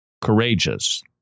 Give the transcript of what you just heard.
courageous